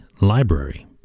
Library